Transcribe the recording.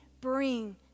bring